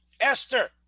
Esther